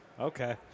Okay